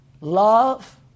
love